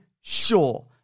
sure